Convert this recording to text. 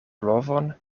blovon